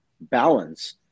balance